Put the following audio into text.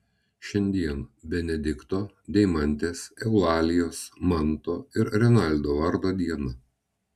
šiandien benedikto deimantės eulalijos manto ir renaldo vardo diena